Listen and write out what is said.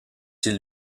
qu’il